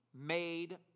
made